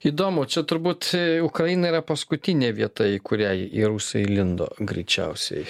įdomu čia turbūt ukraina yra paskutinė vieta į kurią į rusai įlindo greičiausiai